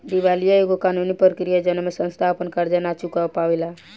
दिवालीया एगो कानूनी प्रक्रिया ह जवना में संस्था आपन कर्जा ना चूका पावेला